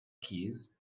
keys